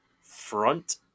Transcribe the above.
Front